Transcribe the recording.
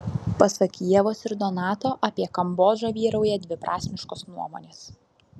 pasak ievos ir donato apie kambodžą vyrauja dviprasmiškos nuomonės